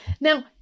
Now